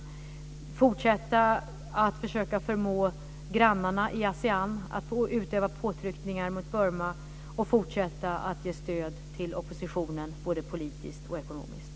Vi får fortsätta att försöka förmå grannarna i Asean att utöva påtryckningar mot Burma, och fortsätta att ge stöd till oppositionen både politiskt och ekonomiskt.